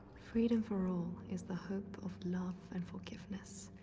freedom for all is the hope of love and forgiveness.